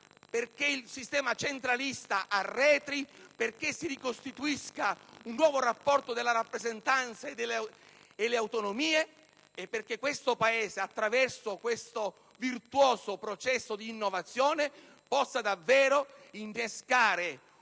affinché il sistema centralista arretri, affinché si ricostituisca un nuovo rapporto tra rappresentanza e autonomie e affinché questo Paese, attraverso questo virtuoso percorso di innovazione, possa davvero innescare